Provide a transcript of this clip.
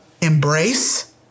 embrace